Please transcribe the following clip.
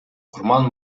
курман